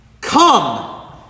Come